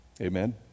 Amen